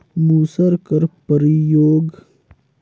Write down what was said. मूसर कर परियोग अउ ओकर महत हर गरामीन जीवन में ढेरेच अहे